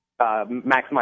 maximize